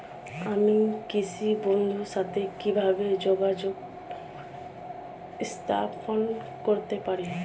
আমি কৃষক বন্ধুর সাথে কিভাবে যোগাযোগ স্থাপন করতে পারি?